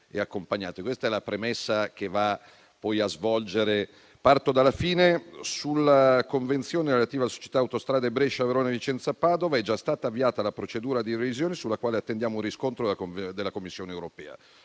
del ragionamento che andrò a svolgere, partendo dalla fine. Sulla convenzione relativa all'autostrada Brescia-Verona-Vicenza-Padova è già stata avviata la procedura di revisione, sulla quale attendiamo un riscontro della Commissione europea.